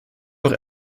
auch